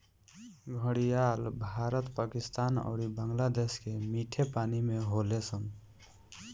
घड़ियाल भारत, पाकिस्तान अउरी बांग्लादेश के मीठा पानी में होले सन